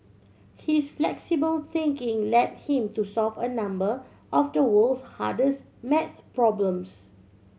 his flexible thinking led him to solve a number of the world's hardest maths problems